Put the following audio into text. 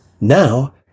Now